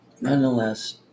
nonetheless